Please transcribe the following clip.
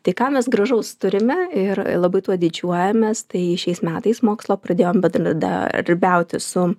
tai ką mes gražaus turime ir labai tuo didžiuojamės tai šiais metais mokslo pradėjom bendradarbiauti su